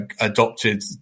adopted